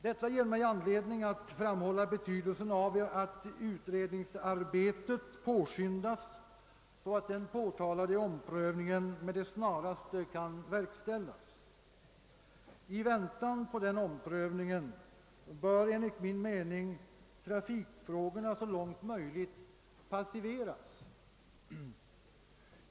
Detta ger mig anledning att framhålla betydelsen av att utredningsarbetet påskyndas, så att den påtalade omprövningen med det snaraste kan verkställas. I väntan på denna omprövning bör enligt min mening trafikfrågorna så långt möjligt passiveras.